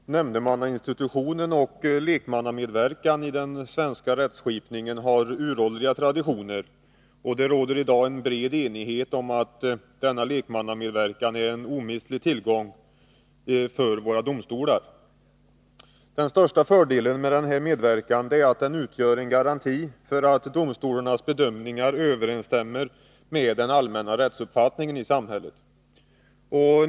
Herr talman! Nämndemannainstitutionen och lekmannamedverkan i den svenska rättskipningen har uråldriga traditioner, och det råder i dag en bred enighet om att denna lekmannamedverkan är en omistlig tillgång för våra domstolar. Den största fördelen med denna medverkan är att den utgör en garanti för att domstolarnas bedömningar överensstämmer med den allmänna rättsuppfattningen i samhället.